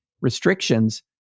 restrictions